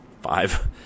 five